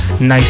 nice